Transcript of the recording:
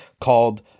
called